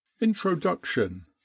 Introduction